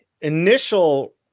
initial